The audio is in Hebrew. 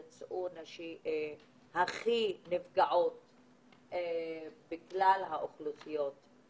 אנחנו שוב פעם עם מדיניות מפלה בתוך משבר.